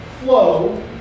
flow